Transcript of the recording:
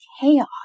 chaos